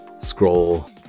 scroll